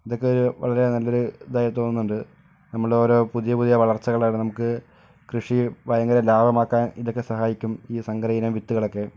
ഇതൊക്കെ ഒരു വളരെ നല്ലൊരു ഇതായി തോന്നുന്നുണ്ട് നമ്മുടെ ഓരോ പുതിയ പുതിയ വളർച്ചകളാണ് നമുക്ക് കൃഷി ഭയങ്കര ലാഭമാക്കാൻ ഇതൊക്കെ സഹായിക്കും ഈ സങ്കര ഇനം വിത്തുകളൊക്കെ